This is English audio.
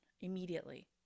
immediately